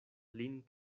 lin